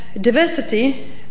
diversity